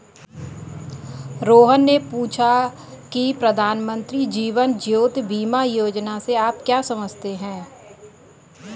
रोहन ने पूछा की प्रधानमंत्री जीवन ज्योति बीमा योजना से आप क्या समझते हैं?